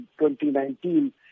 2019